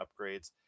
upgrades